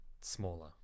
smaller